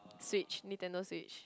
switch Nintendo-Switch